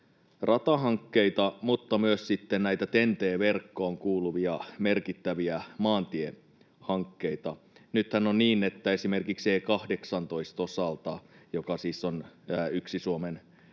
ratahankkeita että myös TEN-T-verkkoon kuuluvia merkittäviä maantiehankkeita. Nythän on niin, että esimerkiksi E18:n osalta, joka siis on yksi Suomen